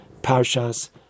parshas